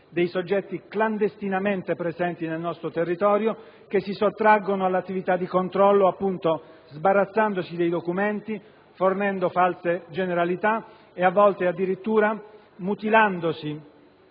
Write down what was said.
dei soggetti clandestinamente presenti nel nostro territorio, che si sottraggono all'attività di controllo sbarazzandosi dei documenti, fornendo false generalità e, a volte, addirittura praticando